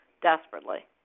desperately